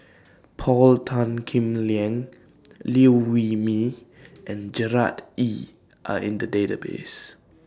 Paul Tan Kim Liang Liew Wee Mee and Gerard Ee Are in The Database